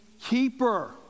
keeper